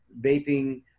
vaping